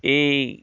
এই